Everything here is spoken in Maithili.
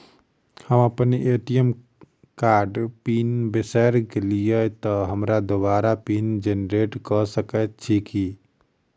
हम अप्पन ए.टी.एम कार्डक पिन बिसैर गेलियै तऽ हमरा दोबारा पिन जेनरेट कऽ सकैत छी की?